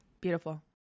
Beautiful